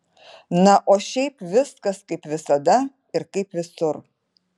na o šiaip viskas kaip visada ir kaip visur